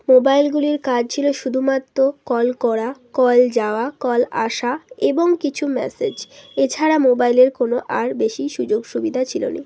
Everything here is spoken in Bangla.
মোবাইলগুলির কাজ ছিলো শুধুমাত্র কল করা কল যাওয়া কল আসা এবং কিছু ম্যাসেজ এছাড়া মোবাইলের কোনো আর বেশি সুযোগসুবিধা ছিলো না